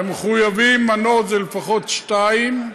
ומחויבים מנות, זה לפחות שתיים,